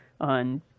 on